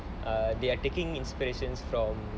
err they are taking inspirations from